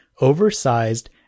oversized